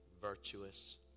virtuous